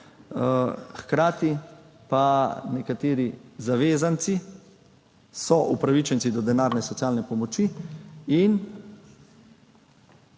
hkrati pa so nekateri zavezanci upravičenci do denarne socialne pomoči.